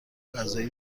غذایی